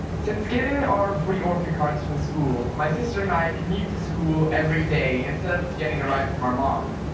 since getting are free orca cards from school, my sister and i commute to school every day instead of getting a ride from our mom.